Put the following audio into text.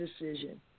decision